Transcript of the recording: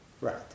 right